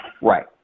Right